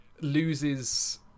loses